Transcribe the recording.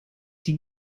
die